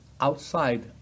outside